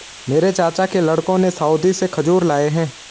मेरे चाचा के लड़कों ने सऊदी से खजूर लाए हैं